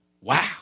Wow